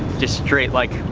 just straight, like,